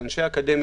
של אנשי אקדמיה,